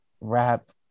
rap